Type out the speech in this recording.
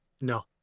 no